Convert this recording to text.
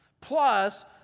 Plus